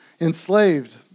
enslaved